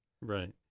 Right